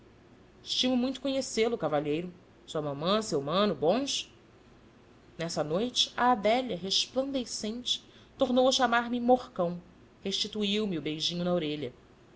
estimo muito conhecê-lo cavalheiro sua mamã seu mano bons nessa noite a adélia resplandecente tornou a chamar-me morcão restituiu me o beijinho na orelha